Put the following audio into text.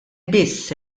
biss